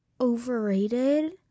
overrated